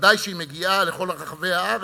וודאי שהיא מגיעה לכל רחבי הארץ,